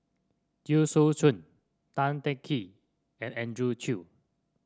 Teo Soon Chuan Tan Teng Kee and Andrew Chew